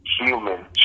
human